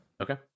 Okay